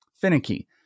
finicky